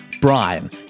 Brian